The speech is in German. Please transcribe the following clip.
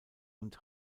und